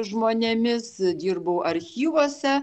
žmonėmis dirbau archyvuose